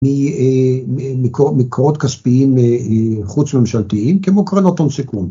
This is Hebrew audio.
‫מקורות כספיים חוץ ממשלתיים ‫כמו קרנות הון סיכון.